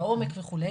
לעומק וכו'.